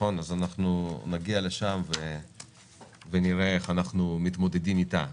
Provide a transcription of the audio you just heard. אז אנחנו נגיע לשם ונראה איך אנחנו מתמודדים איתה.